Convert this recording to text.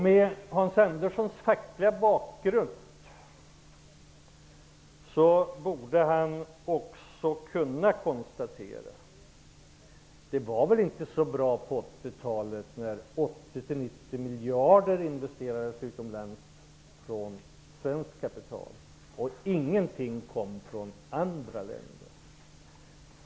Med Hans Anderssons fackliga bakgrund borde han kunna konstatera att det inte var så bra på 80-talet. 80--90 miljarder kronor av svenskt kapital investerades utomlands. Ingenting kom från andra länder.